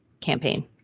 campaign